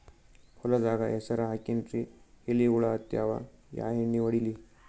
ಹೊಲದಾಗ ಹೆಸರ ಹಾಕಿನ್ರಿ, ಎಲಿ ಹುಳ ಹತ್ಯಾವ, ಯಾ ಎಣ್ಣೀ ಹೊಡಿಲಿ?